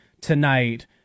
tonight